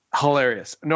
hilarious